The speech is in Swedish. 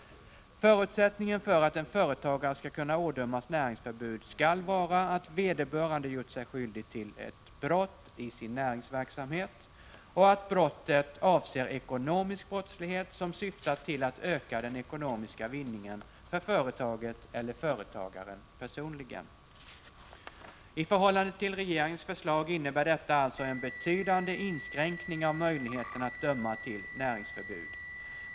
Förutsättningen för att en näringsidkare skall kunna ådömas näringsförbud skall vara att vederbörande gjort sig skyldig till brott i näringsverksamhet och att brottet avser ekonomisk brottslighet som syftat till att öka den ekonomiska vinningen för företaget eller företagaren personligen. I förhållande till regeringens förslag innebär detta alltså en betydande inskränkning av möjligheten att döma till näringsförbud.